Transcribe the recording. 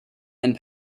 and